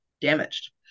damaged